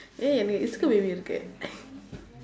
eh எனக்கு:enakku இருக்கு:irukku